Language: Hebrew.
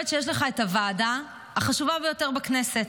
שיש לך את הוועדה החשובה ביותר בכנסת,